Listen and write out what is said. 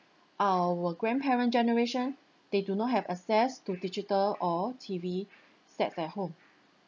our grandparent's generation they do not have access to digital or T_V sets at home